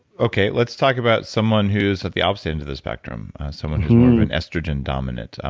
okay, let's talk about someone who's at the opposite end of the spectrum, someone who's more of an estrogen-dominant.